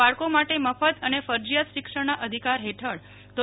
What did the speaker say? બાળકો માટે મફત અને ફરજીયાત શિક્ષણના અધિકાર હેઠળ ધો